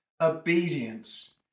obedience